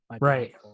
Right